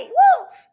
wolf